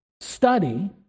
study